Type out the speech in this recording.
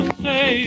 say